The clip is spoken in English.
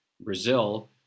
Brazil